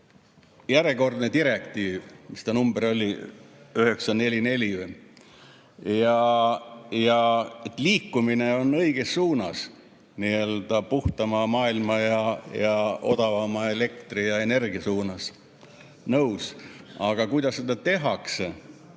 Järjekordne direktiiv, mis ta number oligi, 944 vist. Liikumine on õiges suunas, puhtama maailma ja odavama elektri ja energia suunas. Nõus. Aga kuidas seda tehakse?